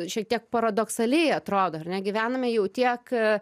šiek tiek paradoksaliai atrodo ar ne gyvename jau tiek